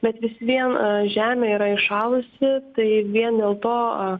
bet vis vien žemė yra įšalusi tai vien dėl to